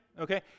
okay